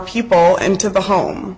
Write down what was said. people into the home